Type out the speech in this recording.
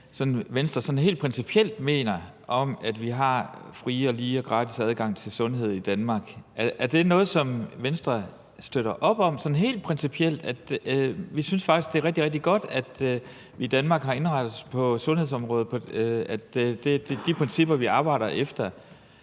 hvad Venstre helt principielt mener om, at vi har fri og lige og gratis adgang til sundhed i Danmark. Er det noget, som Venstre sådan helt principielt støtter op om, altså at man faktisk synes, det er rigtig, rigtig godt, at vi i Danmark på sundhedsområdet har indrettet os på den måde, at det er de principper, vi arbejder efter?